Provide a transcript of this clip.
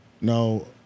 No